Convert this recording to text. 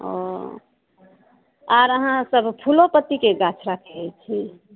ओ आओर अहाँ सब फूलो पत्तीके गाछ राखै छी